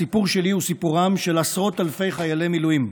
הסיפור שלי הוא סיפורם של עשרות אלפי חיילי מילואים.